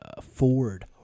Ford